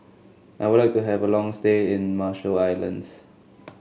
I would like to have a long stay in Marshall Islands